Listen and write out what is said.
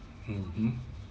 mmhmm